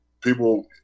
People